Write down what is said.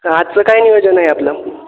आजचं काय नियोजन आहे आपलं